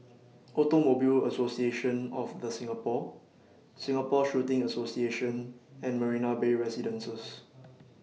Automobile Association of The Singapore Singapore Shooting Association and Marina Bay Residences